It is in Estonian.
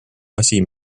asi